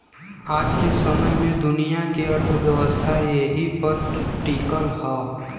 आज के समय मे दुनिया के अर्थव्यवस्था एही पर टीकल हौ